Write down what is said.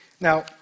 Now